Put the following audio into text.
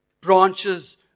branches